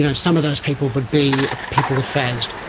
you know some of those people would be people with fasd.